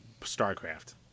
StarCraft